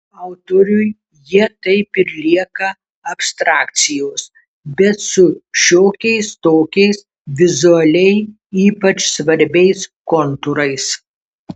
autoriui jie taip ir lieka abstrakcijos bet su šiokiais tokiais vizualiai ypač svarbiais kontūrais